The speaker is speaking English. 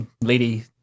lady